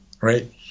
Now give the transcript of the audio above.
right